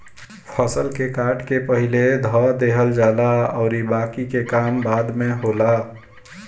फसल के काट के पहिले धअ देहल जाला अउरी बाकि के काम बाद में होला